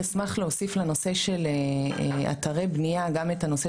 אשמח להוסיף לנושא של אתרי בנייה גם את הנושא